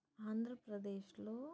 ఆంధ్రప్రదేశ్లో